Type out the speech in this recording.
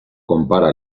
compara